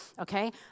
okay